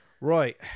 Right